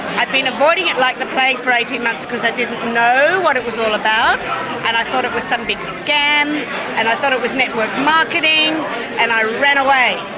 i've been avoiding it like the plague for eighteen months because i didn't know what it was all about and i thought it was some big scam and i thought it was network marketing and i ran away.